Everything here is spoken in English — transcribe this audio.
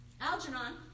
Algernon